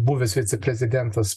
buvęs viceprezidentas